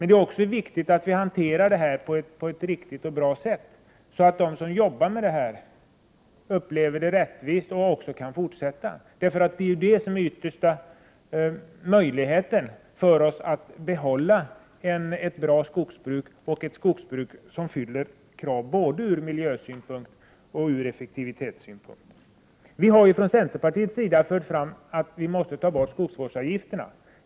Det är också viktigt att dessa frågor hanteras på ett riktigt och bra sätt av det skälet att de som jobbar inom skogsnäringen skall kunna uppfatta det som rättvist och kunna fortsätta sitt arbete. Det är den yttersta möjligheten för oss att behålla ett bra skogsbruk, som fyller kraven ur både miljösynpunkt och effektivitetssynpunkt. Centern har hävdat att vi måste ta bort skogsvårdsavgifterna.